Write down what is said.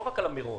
לא רק לגבי מירון,